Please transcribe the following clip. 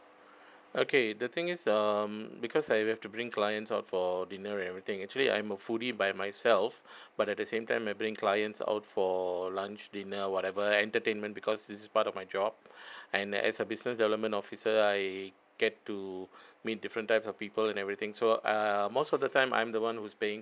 okay the thing is um because I have to bring clients out for dinner and everything actually I am a fully by myself but at the same time I bring clients out for lunch dinner whatever entertainment because it's part of my job and as a business development officer I get to meet different types of people and everything so err most of the time I'm the one who's paying